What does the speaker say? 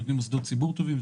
אם נותנים מוסדות ציבור טובים,